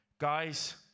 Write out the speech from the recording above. Guys